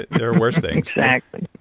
there are worse things. exactly.